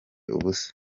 ubusa